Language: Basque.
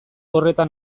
horretan